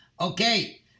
Okay